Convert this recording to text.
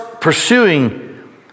pursuing